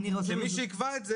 ומי שיקבע את זה,